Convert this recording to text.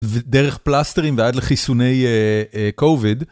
ודרך פלסטרים ועד לחיסוני COVID.